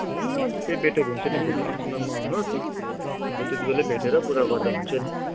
हुन्छ हुन्छ त्यही बेट्टर हुन्छ नि भोलि आफ्टरनुनमा आउनुहोस् अन्त त्यतिबेलै भेटेर कुरा गर्दा हुन्छ नि